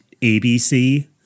ABC